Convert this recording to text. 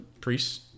priests